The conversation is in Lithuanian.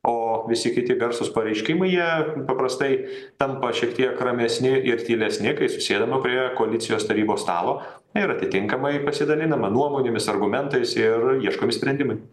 o visi kiti garsūs pareiškimai jie paprastai tampa šiek tiek ramesni ir tylesni kai susėdama prie koalicijos tarybos stalo ir atitinkamai pasidalinama nuomonėmis argumentais ir ieškomi sprendimai